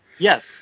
Yes